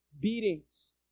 beatings